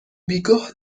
بیگاه